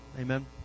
Amen